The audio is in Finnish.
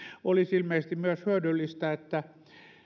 olisi ilmeisesti myös hyödyllistä että